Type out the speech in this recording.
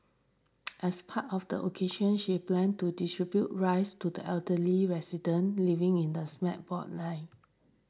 as part of the occasion she planned to distribute rice to the elderly residents living in a slab block line